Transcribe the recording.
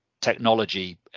technology